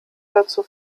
dazu